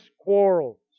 quarrels